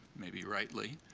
maybe rightly,